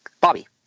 Bobby